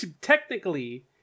Technically